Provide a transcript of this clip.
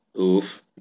Oof